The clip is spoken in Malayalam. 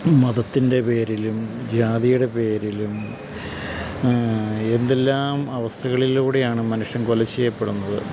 മതത്തിൻ്റെ പേരിലും ജാതിയുടെ പേരിലും എന്തെല്ലാം അവസ്ഥകളിലൂടെയാണ് മനുഷ്യൻ കൊലചെയ്യപ്പെടുന്നത്